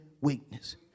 weakness